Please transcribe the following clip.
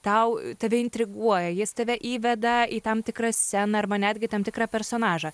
tau tave intriguoja jis tave įveda į tam tikrą sceną arba netgi tam tikrą personažą